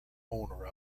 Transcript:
owner